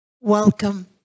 Welcome